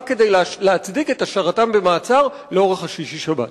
רק כדי להצדיק את השארתם במעצר לאורך שישי-שבת?